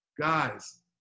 guys